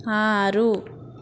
ఆరు